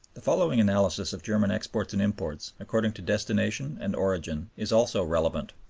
the following analysis of german exports and imports, according to destination and origin, is also relevant.